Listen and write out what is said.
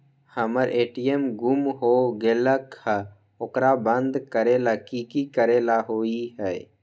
हमर ए.टी.एम गुम हो गेलक ह ओकरा बंद करेला कि कि करेला होई है?